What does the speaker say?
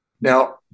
Now